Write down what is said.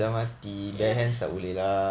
ya